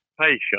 Patience